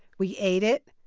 we ate it,